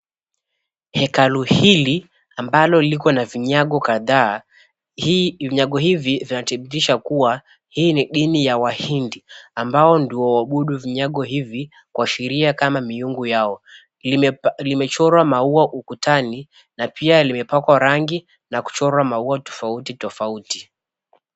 Hekalu hili ambalo liko na vinyago kadhaa. Vinyago hivi vinadhibitisha kuwa hii ni dini ya wahindi ambao ndio huabudu vinyago hivi kuashiria kama miungu yao. Limechorwa maua ukutani na pia limepakwa rangi na kuchorwa maua tofauti tofauti.